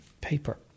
paper